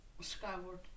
skyward